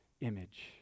image